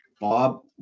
bob